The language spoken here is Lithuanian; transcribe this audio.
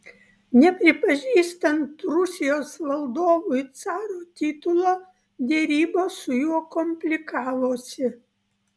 nepripažįstant rusijos valdovui caro titulo derybos su juo komplikavosi